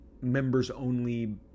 members-only